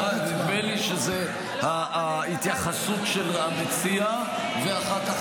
נדמה לי שזאת ההתייחסות של המציע, ואחר כך